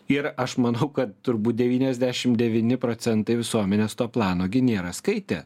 ir aš manau kad turbūt devyniasdešimt devyni procentai visuomenės to plano gi nėra skaitę